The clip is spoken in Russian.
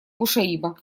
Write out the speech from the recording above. кушаиба